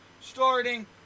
starting